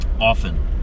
often